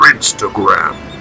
Instagram